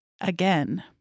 again